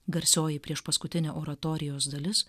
garsioji priešpaskutinė oratorijos dalis